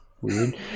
weird